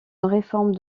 réforme